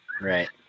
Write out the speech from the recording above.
right